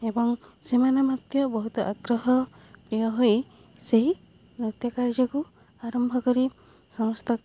ଏବଂ ସେମାନେ ମଧ୍ୟ ବହୁତ ଆଗ୍ରହ ପ୍ରିୟ ହୋଇ ସେହି ନୃତ୍ୟ କାର୍ଯ୍ୟକୁ ଆରମ୍ଭ କରି ସମସ୍ତ